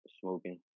Smoking